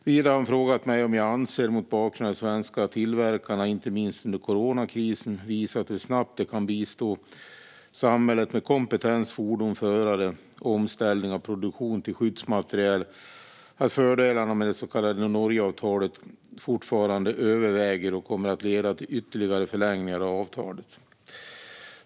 Vidare har han frågat mig om jag anser, mot bakgrund av att de svenska tillverkarna, inte minst under coronakrisen, visat hur snabbt de kunnat bistå samhället med kompetens, fordon, förare och omställning av produktion till skyddsmateriel, att fördelarna med det så kallade Norgeavtalet fortfarande överväger och kommer att leda till ytterligare förlängningar av avtalet.